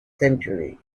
century